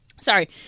Sorry